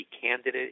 candidate